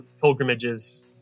pilgrimages